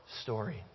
story